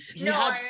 No